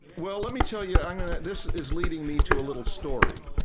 well, let me tell you i'm gonna this is leading me to a little story